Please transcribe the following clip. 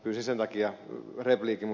pyysin sen takia repliikin